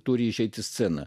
turi išeiti scena